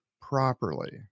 properly